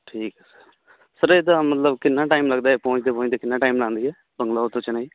ਠੀਕ ਏ sir sir ਇਹਦਾ ਮਤਲਬ ਕਿੰਨਾ ਟਾਈਮ ਲੱਗਦਾ ਪਹੁੰਚਦੇ ਪਹੁੰਚਦੇ ਕਿੰਨਾ ਟਾਈਮ ਲਾਉਂਦੀ ਹੈ ਬੰਗਲੋਰ ਤੋਂ ਚੇਨੱਈ